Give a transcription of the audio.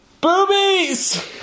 Boobies